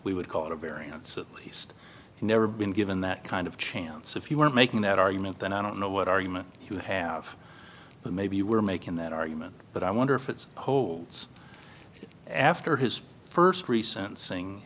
we would call it a variance at least never been given that kind of chance if you were making that argument then i don't know what argument you have but maybe you were making that argument but i wonder if it's holds after his st recent sing